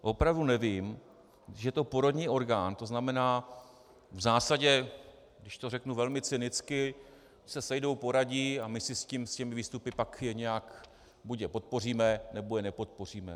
Opravdu nevím, když je to poradní orgán, tzn. v zásadě, když to řeknu velmi cynicky, se sejdou, poradí a my si s těmi výstupy pak nějak buď je podpoříme, nebo je nepodpoříme.